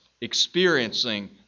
experiencing